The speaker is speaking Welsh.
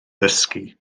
ddysgu